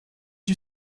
you